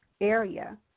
area